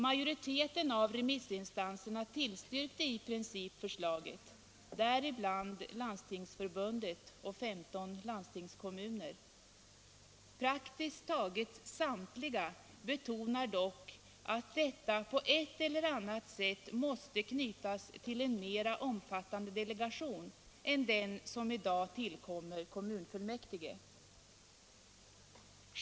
Majoriteten av remissinstanserna tillstyrkte i princip förslaget, däribland Landstingsförbundet och 15 landstingskommuner. Praktiskt taget samtliga betonar dock att detta på ett eller annat sätt måste knytas till en mera omfattande delegation än den som i dag tillkommer kommunfullmäktige.